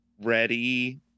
ready